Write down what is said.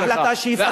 אין החלטה שיפתחו,